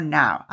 now